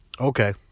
Okay